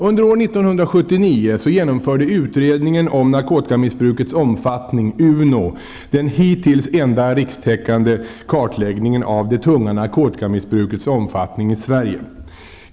Under år 1979 genomförde utredningen om narkotikamissbrukets omfattning, UNO, den hittills enda rikstäckande kartläggningen av det tunga narkotikamissbrukets omfattning i Sverige.